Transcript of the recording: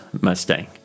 Mustang